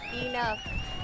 Enough